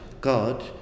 God